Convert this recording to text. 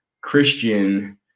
Christian